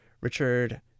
richard